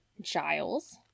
Giles